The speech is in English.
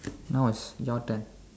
now is your turn